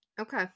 Okay